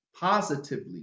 positively